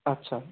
আচ্ছা